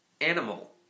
animal